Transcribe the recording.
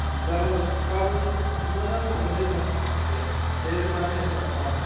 जागोन सार गाबोन निफ्राय मोजां थांगोन दे सार दे होनब्ला ने सार अ